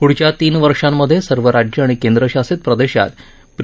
पुढच्या तीन वर्षामध्ये सर्व राज्य आणि केंद्र शासित प्रदेशांत प्री